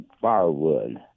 firewood